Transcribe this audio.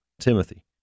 Timothy